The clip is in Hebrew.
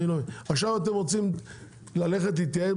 עכשיו אתם רוצים ללכת להתייעץ?